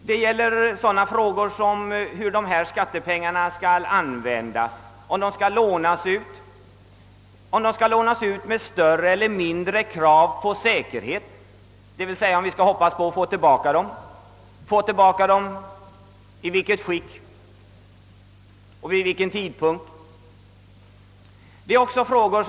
Det gäller frågor som hur dessa skattepengar skall användas, om de skall lånas ut med större eller mindre krav på säkerhet, d. v. s. om vi skall hoppas att få tillbaka dem och i så fall i vilket skick vi kommer att få tillbaka dem och vid vilken tidpunkt.